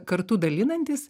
kartu dalinantis